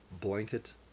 blanket